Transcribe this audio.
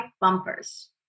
bumpers